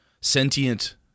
sentient